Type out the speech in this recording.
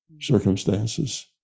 circumstances